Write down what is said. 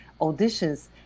auditions